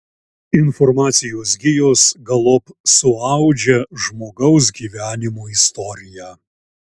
informacijos gijos galop suaudžia žmogaus gyvenimo istoriją